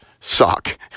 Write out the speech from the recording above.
suck